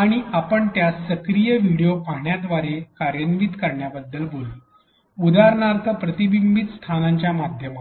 आणि आपण त्यास सक्रिय व्हिडीओ पाहण्याद्वारे कार्यान्वित करण्याबद्दल बोललो उदाहरणार्थ प्रतिबिंब स्थळांच्या माध्यमातून